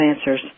answers